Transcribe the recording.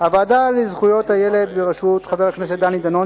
הוועדה לזכויות הילד בראשות חבר הכנסת דני דנון,